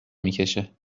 میکشه